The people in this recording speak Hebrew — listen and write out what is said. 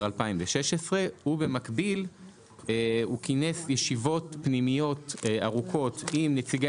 2016. במקביל הוא כינס ישיבות פנימיות ארוכות עם נציגי